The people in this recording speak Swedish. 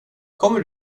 kommer